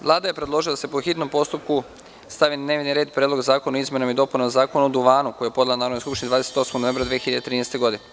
Vlada je predložila da se, po hitnom postupku, stavi na dnevni red Predlog zakona o izmenama i dopunama Zakona o duvanu, koji je podnela Narodnoj skupštini 28. novembra 2013. godine.